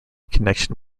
connection